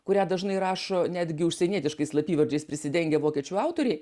kurią dažnai rašo netgi užsienietiškais slapyvardžiais prisidengę vokiečių autoriai